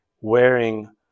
wearing